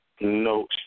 No